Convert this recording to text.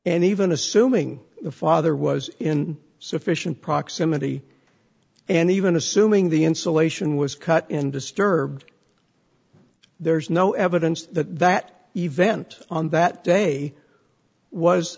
and even assuming the father was in sufficient proximity and even assuming the insulation was cut and disturbed there's no evidence that that event on that day was